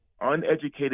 uneducated